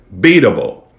beatable